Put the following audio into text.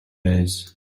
days